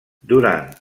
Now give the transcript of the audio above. durant